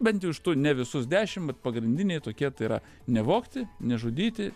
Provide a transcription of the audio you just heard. bent jau iš tų ne visus dešim bet pagrindiniai tokie tai yra nevogti nežudyti